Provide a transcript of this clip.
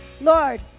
Lord